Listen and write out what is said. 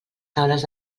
taules